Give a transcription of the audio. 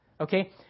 okay